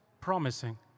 promising